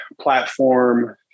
platform